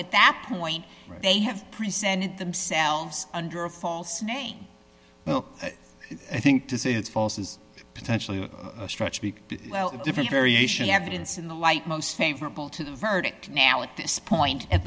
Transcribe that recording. at that point they have presented themselves under a false name i think this is false is potentially a stretch big difference variation evidence in the light most favorable to the verdict now at this point at